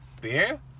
Beer